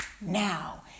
now